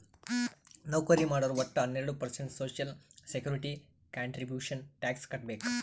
ನೌಕರಿ ಮಾಡೋರು ವಟ್ಟ ಹನ್ನೆರಡು percent social security contribution tax ಕಟ್ಬೇಕ್